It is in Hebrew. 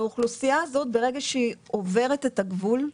שהאוכלוסייה הזאת ברגע שהיא עוברת את הגבול,